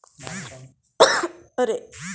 खाद प्रणाली खेती करै म बहुत जरुरी पड़ै छै